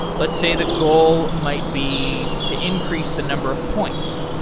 let's say the goal might be to increase the number of points.